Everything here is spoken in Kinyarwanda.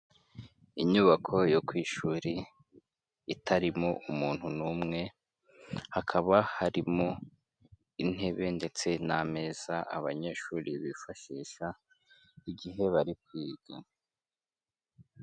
Inyubako yo ku ishuri itarimo umuntu n'umwe, hakaba harimo intebe ndetse n'ameza abanyeshuri bifashisha igihe bari kwiga.